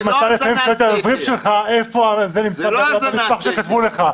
גם אתה לפעמים שואל את העוזרים שלך איפה זה נמצא בנספח שכתבו לך,